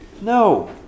No